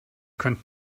könnt